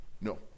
No